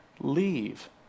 leave